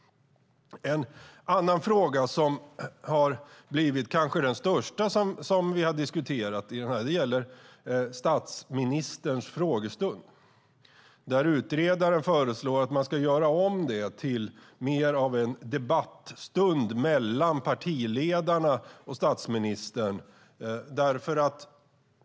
En annan fråga som har blivit den största frågan vi har diskuterat gäller statsministerns frågestund. Utredaren föreslår att frågestunden ska göras om till mer av en debattstund mellan partiledarna och statsministern.